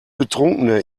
betrunkene